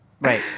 Right